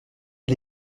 les